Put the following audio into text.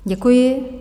Děkuji.